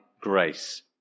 grace